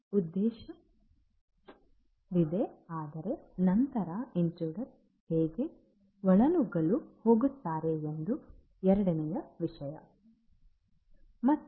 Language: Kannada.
ಉದ್ದೇಶವಿದೆ ಆದರೆ ನಂತರ ಇಂಟ್ರುಡರ್ ಹೇಗೆ ಒಳನುಗ್ಗಲು ಹೋಗುತ್ತಾರೆ ಅದು ಎರಡನೆಯ ವಿಷಯ ಸಾಧನವಾಗಿದೆ